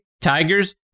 Tigers